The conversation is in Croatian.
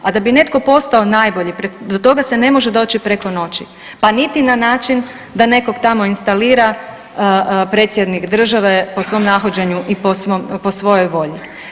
A da bi netko postao najbolji do toga se ne može doći preko noći, pa niti na način da nekog tamo instalira predsjednik države po svom nahođenju i po svojoj volji.